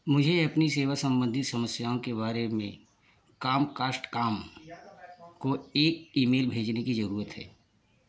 मुझे अपनी सेवा संबंधी समस्याओं के बारे में कॉमकास्ट कॉम को एक ईमेल भेजने की ज़रूरत है